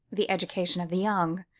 the education of the young,